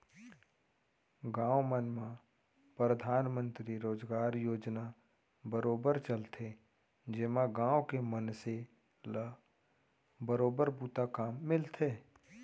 गाँव मन म परधानमंतरी रोजगार योजना बरोबर चलथे जेमा गाँव के मनसे ल बरोबर बूता काम मिलथे